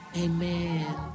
Amen